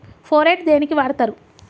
Phorate దేనికి వాడుతరు?